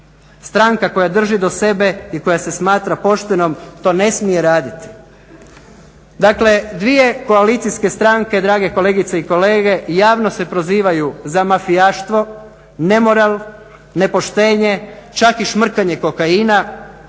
Stranka koja drži do sebe i koja se smatra poštenom to ne smije raditi. Dakle dvije koalicijske stranke drage kolegice i kolege javno se prozivaju za mafijaštvo, nemoral, nepoštenje, čak i šmrkanje kokaina,